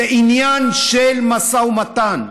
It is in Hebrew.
זה עניין של משא ומתן.